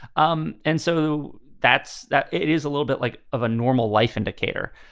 um and so that's that it is a little bit like of a normal life indicator.